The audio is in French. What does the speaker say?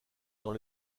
dans